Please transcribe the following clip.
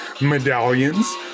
medallions